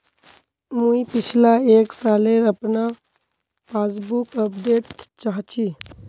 मुई पिछला एक सालेर अपना पासबुक अपडेट चाहची?